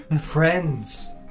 friends